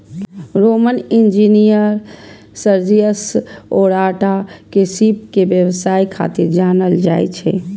Roman engineer Sergius Orata के सीप के व्यवसाय खातिर जानल जाइ छै